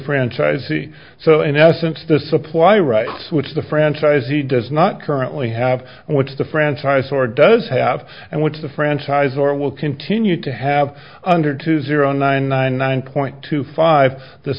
franchisee so in essence the supply rights which the franchise he does not currently have which the franchise or does have and which the franchise or will continue to have under two zero nine nine nine point two five th